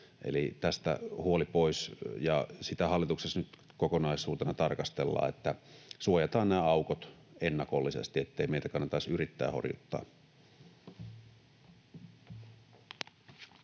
tästä huoli pois. Ja sitä hallituksessa nyt kokonaisuutena tarkastellaan, että suojataan nämä aukot ennakollisesti, ettei meitä kannata edes yrittää horjuttaa.